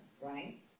right